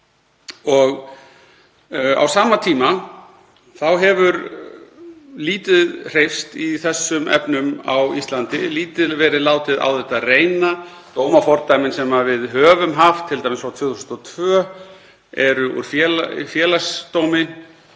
Á sama tíma hefur lítið hreyfst í þessum efnum á Íslandi og lítið verið látið á þetta reyna. Dómafordæmin sem við höfum haft, t.d. frá 2002, eru úr Félagsdómi